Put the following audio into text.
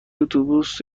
اتوبوس